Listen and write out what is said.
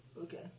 Okay